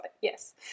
yes